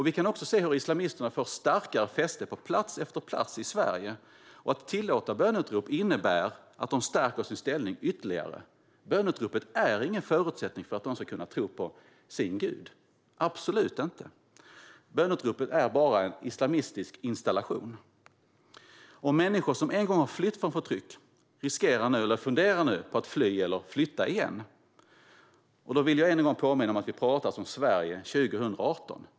Vi kan också se hur islamisterna får ett starkare fäste på plats efter plats i Sverige. Om vi tillåter böneutrop innebär det att de stärker sin ställning ytterligare. Böneutropet är ingen förutsättning för att de ska kunna tro på sin gud - absolut inte. Böneutropet är bara en islamistisk installation. Människor som en gång har flytt från förtryck funderar nu på att fly eller flytta igen. Jag vill än en gång påminna om att vi alltså talar om Sverige år 2018.